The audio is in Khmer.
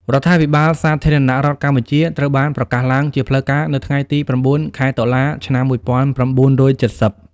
រដ្ឋាភិបាលសាធារណរដ្ឋកម្ពុជាត្រូវបានប្រកាសឡើងជាផ្លូវការ នៅថ្ងៃទី៩ ខែតុលា ឆ្នាំ១៩៧០។